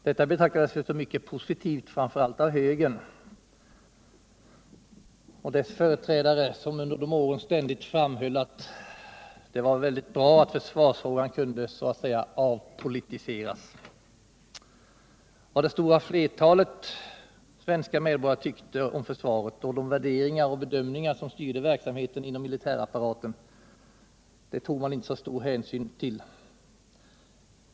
Detta betraktades som mycket positivt framför allt av högern och dess företrädare, som under dessa år ständigt framhöll att det var bra att försvarsfrågan kunde så att säga avpolitiseras. Vad det stora flertalet svenska medborgare tyckte om försvaret och de värderingar och bedömningar som styrde verksamheten inom militärapparaten tog man inte så stor hänsyn till.